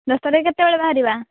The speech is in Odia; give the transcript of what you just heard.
ଦଶ୍ଟାରେ କେତେବେଳେ ବାହାରିବା